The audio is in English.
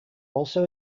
also